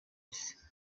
isi